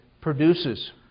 produces